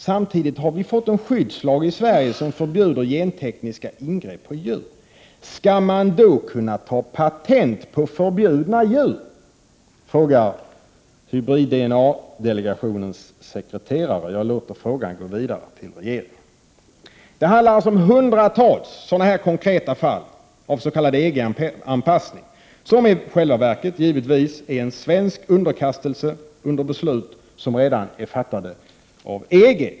Samtidigt har vi fått en skyddslag som förbjuder gentekniska ingrepp på djur. Skall man då kunna ta patent på förbjudna djur?” Jag låter frågan gå vidare till regeringen. Det handlar om hundratals sådana konkreta fall av s.k. EG-anpassning, som i själva verket betyder svensk underkastelse under beslut som redan är fattade av EG.